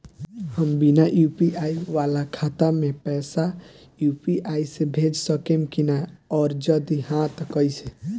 हम बिना यू.पी.आई वाला खाता मे पैसा यू.पी.आई से भेज सकेम की ना और जदि हाँ त कईसे?